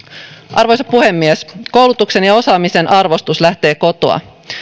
arvoisa puhemies koulutuksen ja osaamisen arvostus lähtee kotoa